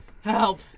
help